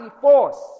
force